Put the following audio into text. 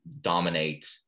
dominate